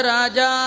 Raja